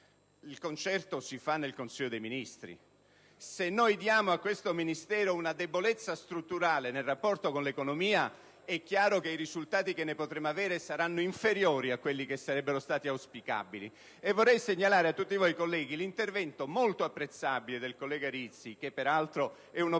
Il concerto si fa nel Consiglio dei Ministri: se noi conferiamo a questo Ministero una debolezza strutturale nel rapporto con l'Economia, è chiaro che i risultati che ne potremo avere saranno inferiori a quelli auspicabili. Vorrei segnalare a tutti voi colleghi l'intervento molto apprezzabile del collega Rizzi, che peraltro è un operatore